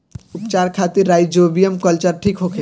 उपचार खातिर rhizobium culture ठीक होखे?